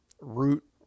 root